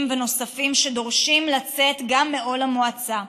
ונוספים שגם דורשים לצאת מעול המועצה.